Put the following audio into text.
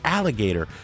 Alligator